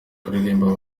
baririmba